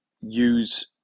use